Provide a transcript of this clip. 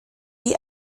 die